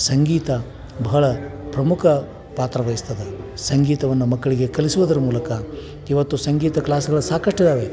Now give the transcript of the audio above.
ಸಂಗೀತ ಬಹಳ ಪ್ರಮುಖ ಪಾತ್ರ ವಹಿಸ್ತದೆ ಸಂಗೀತವನ್ನು ಮಕ್ಕಳಿಗೆ ಕಲಿಸುವುದರ ಮೂಲಕ ಇವತ್ತು ಸಂಗೀತ ಕ್ಲಾಸ್ಗಳು ಸಾಕಷ್ಟು ಇದಾವೆ